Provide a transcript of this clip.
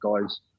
guys